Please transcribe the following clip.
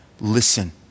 listen